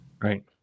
Right